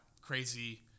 crazy